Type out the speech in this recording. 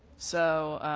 so